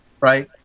Right